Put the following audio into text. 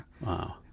Wow